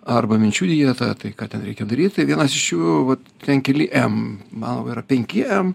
arba minčių dieta tai ką ten reikia daryt tai vienas iš jų vat ten keli m man labai yra penki m